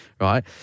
right